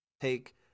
take